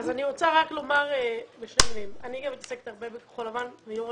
אני עוסקת הרבה בכחול-לבן ואני יושבת ראש